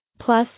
Plus